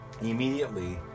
Immediately